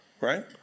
right